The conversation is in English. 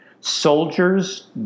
Soldiers